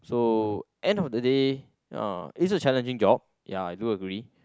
so end of the day uh is a challenging job ya I do agree